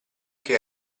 che